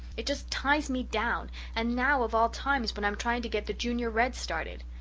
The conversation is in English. it just ties me down and now of all times when i'm trying to get the junior reds started.